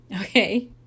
okay